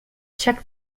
check